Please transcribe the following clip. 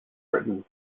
written